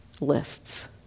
lists